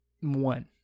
one